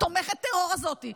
תומכת הטרור הזאת,